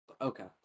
Okay